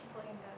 playing